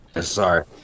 Sorry